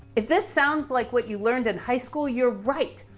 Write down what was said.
if this sounds like what you learned in high school, you're right,